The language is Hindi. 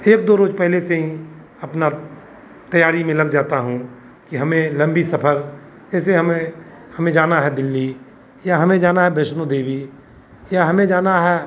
एक दो रोज पहले से ही अपनी तैयारी में लग जाता हूँ कि हमें लम्बे सफ़र जैसे हमें हमें जाना है दिल्ली या हमें जाना है वैष्णो देवी या हमें जाना है